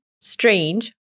strange